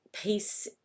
peace